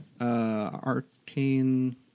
Arcane